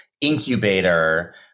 incubator